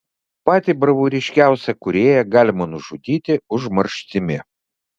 patį bravūriškiausią kūrėją galima nužudyti užmarštimi